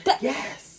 Yes